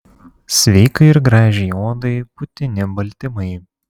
sveikai ir gražiai odai būtini baltymai